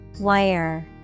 Wire